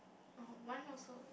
mm mine also